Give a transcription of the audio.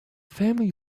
family